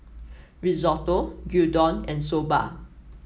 Risotto Gyudon and Soba